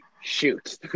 Shoot